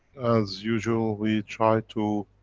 as usual we try to.